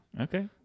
Okay